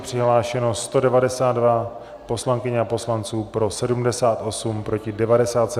Přihlášeno 192 poslankyň a poslanců, pro 78, proti 97.